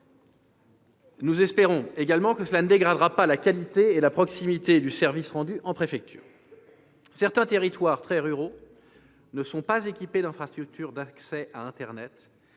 Nous espérons également que la baisse des effectifs ne dégradera pas la qualité et la proximité du service rendu en préfecture. Certains territoires très ruraux ne sont pas équipés d'infrastructures d'accès à internet